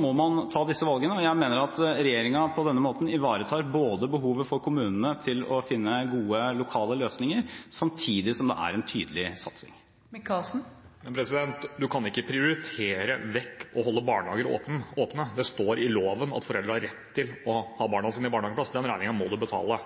må man ta disse valgene. Jeg mener at regjeringen på denne måten ivaretar behovet for kommunene til å finne gode lokale løsninger, samtidig som det er en tydelig satsing. Man kan ikke prioritere vekk å holde barnehager åpne. Det står i loven at foreldre har rett til å ha barna sine i barnehage – den regningen må man betale.